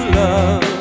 love